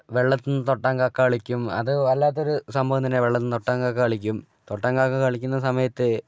വെള്ളത്തിൽനിന്ന് തൊട്ടാൻ കാക്ക കളിക്കും അത് വല്ലാത്തൊരു സംഭവം തന്നെയാണ് വെള്ളത്തിൽനിന്ന് തൊട്ടാൻ കളിക്കും തൊട്ടാൻ കാക്ക കളിക്കുന്ന സമയത്ത്